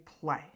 play